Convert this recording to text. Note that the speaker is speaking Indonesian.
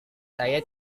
saya